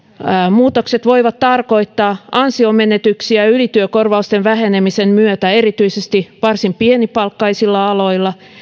muutokset voivat tarkoittaa ansionmenetyksiä ylityökorvausten vähenemisen myötä erityisesti varsin pienipalkkaisilla aloilla